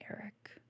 Eric